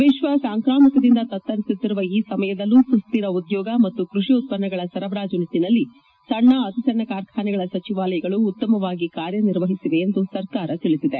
ವಿಶ್ವ ಸಾಂಕ್ರಾಮಿಕದಿಂದ ತತ್ತರಿಸುತ್ತಿರುವ ಈ ಸಮಯದಲ್ಲೂ ಸುಶ್ವಿರ ಉದ್ಯೋಗ ಮತ್ತು ಕೃಷಿ ಉತ್ಪನ್ನಗಳ ಸರಬರಾಜು ನಿಟ್ಟಿನಲ್ಲಿ ಸಣ್ಣ ಅತಿಸಣ್ಣ ಕಾರ್ಖಾನೆಗಳ ಸಚಿವಾಲಯ ಉತ್ತಮವಾಗಿ ಕಾರ್ಯನಿರ್ವಹಿಸಿವೆ ಎಂದು ಸರ್ಕಾರ ತಿಳಿಸಿದೆ